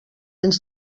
ens